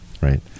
right